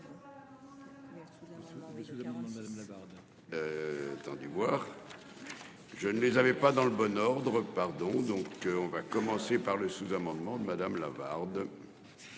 Je ne les avais pas dans le bon ordre. Pardon. Donc on va commencer par le sous-amendement de madame Lavarde.